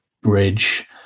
bridge